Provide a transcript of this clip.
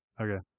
Okay